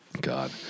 God